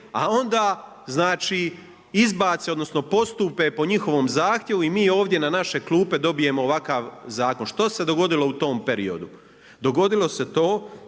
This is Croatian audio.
a onda znači izbace, odnosno postupe po njihovom zahtjevu i mi ovdje na naše klupe dobijemo ovakav zakon. Što se dogodilo u tom periodu? Dogodilo se to